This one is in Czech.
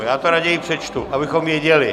Já to raději přečtu, abychom věděli.